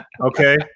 Okay